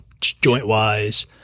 joint-wise